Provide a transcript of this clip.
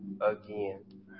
again